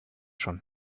schon